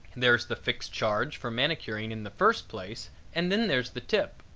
there's the fixed charge for manicuring in the first place and then there's the tip.